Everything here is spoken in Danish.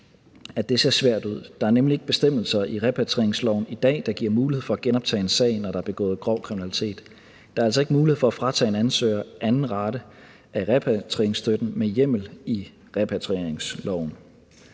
at det ser svært ud. Der er nemlig ikke bestemmelser i repatrieringsloven i dag, der giver mulighed for at genoptage en sag, når der er begået grov kriminalitet. Der er altså ikke mulighed for at fratage en ansøger anden rate af repatrieringsstøtten med hjemmel i repatrieringsloven.